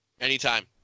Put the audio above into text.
anytime